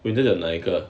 printed 的哪一个